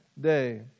Day